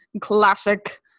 classic